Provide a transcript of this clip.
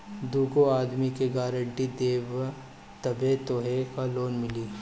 दूगो आदमी के गारंटी देबअ तबे तोहके लोन मिली